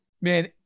man